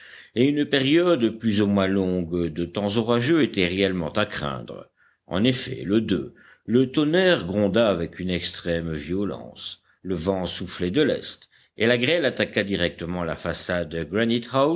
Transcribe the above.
et une période plus ou moins longue de temps orageux était réellement à craindre en effet le le tonnerre gronda avec une extrême violence le vent soufflait de l'est et la grêle attaqua directement la façade